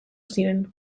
ziren